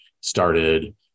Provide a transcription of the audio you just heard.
started